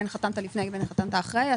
שחתמו לפני ושחתמו אחרי,